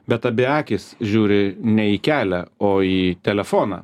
bet abi akys žiūri ne į kelią o į telefoną